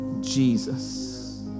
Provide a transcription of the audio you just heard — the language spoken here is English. Jesus